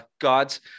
gods